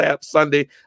Sunday